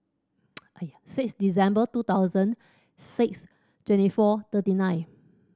six December two thousand six twenty four thirty nine